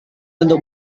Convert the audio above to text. untuk